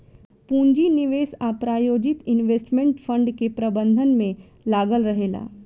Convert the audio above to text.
पूंजी निवेश आ प्रायोजित इन्वेस्टमेंट फंड के प्रबंधन में लागल रहेला